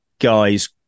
guys